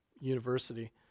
university